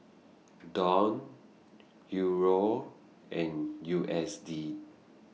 Dong Euro and U S D